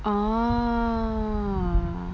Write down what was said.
ah